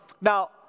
now